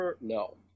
No